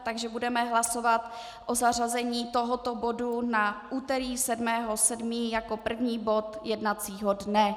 Takže budeme hlasovat o zařazení tohoto bodu na úterý 7. 7. jako první bod jednacího dne.